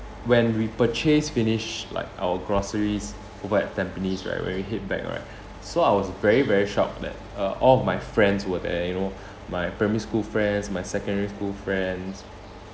when we purchased finish like our groceries over at tampines right when we head back right so I was very very shocked that uh all of my friends were there you know my primary school friends my secondary school friends